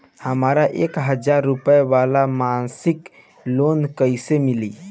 हमरा एक हज़ार रुपया वाला मासिक लोन कईसे मिली?